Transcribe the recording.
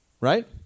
right